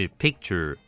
picture